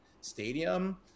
stadium